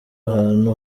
ahantu